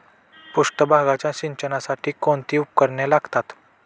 पृष्ठभागाच्या सिंचनासाठी कोणती उपकरणे लागतात?